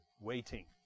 waiting